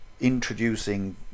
introducing